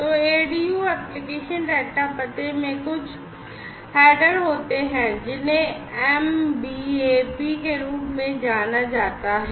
तो ADU application data पते में कुछ हेडर होते हैं जिन्हें MBAP के रूप में जाना जाता है